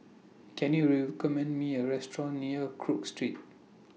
Can YOU recommend Me A Restaurant near Cook Street